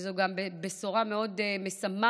וזו גם בשורה מאוד משמחת